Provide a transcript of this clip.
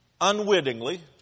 Unwittingly